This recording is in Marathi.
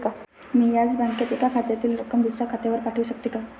मी याच बँकेत एका खात्यातील रक्कम दुसऱ्या खात्यावर पाठवू शकते का?